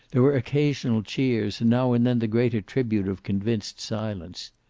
there were occasional cheers, and now and then the greater tribute of convinced silence.